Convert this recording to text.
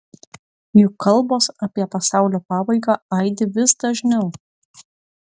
juk kalbos apie pasaulio pabaigą aidi vis dažniau